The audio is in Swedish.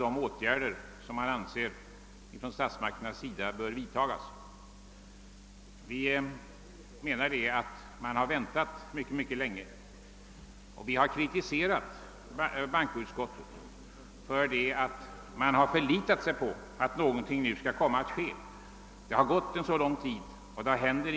Enligt vår mening har människorna i denna bygd fått vänta alltför länge på att åtgärder skulle vidtagas. Enigheten där är hundraprocentig beträffande vad som bör göras från statsmakternas sida.